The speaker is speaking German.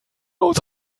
uns